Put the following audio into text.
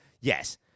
yes